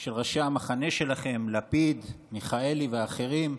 של ראשי המחנה שלכם, לפיד, מיכאלי ואחרים,